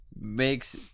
makes